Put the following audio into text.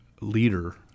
leader